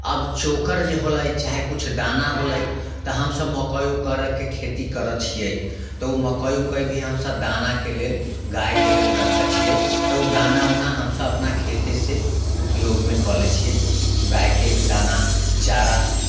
अब चोकर जे होलै चाहे किछु दाना होलै तऽ हमसभ मकइ करयके खेती करै छियै तऽ ओ मकइ उकइ भी हमसभ दानाके लेल गायके लेल रखै छियै तऽ ओ दाना उना हमसभ अपना खेतेसँ उपयोगमे कऽ लैत छियै गाएके दाना चारा